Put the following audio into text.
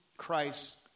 Christ